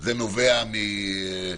זה נובע גם